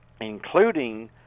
including